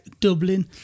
Dublin